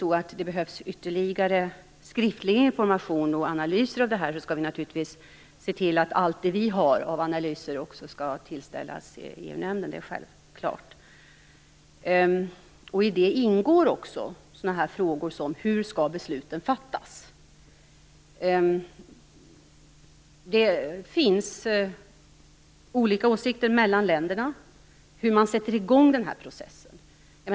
Om det behövs ytterligare skriftlig information om och analys av det här, skall vi se till att allt det som vi har av analyser skall tillställas EU-nämnden. Det är självklart. I detta ingår också frågor som hur besluten skall fattas. Det finns olika åsikter mellan länderna om hur man sätter i gång den här processen.